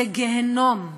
זה גיהינום.